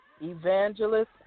Evangelist